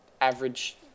Average